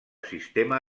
sistema